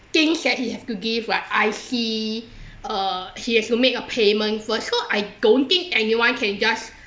things that he have to give where I see uh he has to make a payment first so I don't think anyone can just